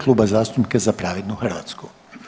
Kluba zastupnika Za pravednu Hrvatsku.